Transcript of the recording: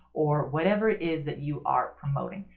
or whatever it is that you are promoting.